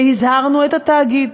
והזהרנו את התאגיד,